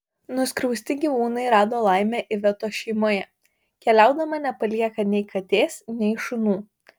nuskriausti gyvūnai rado laimę ivetos šeimoje keliaudama nepalieka nei katės nei šunų